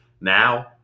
Now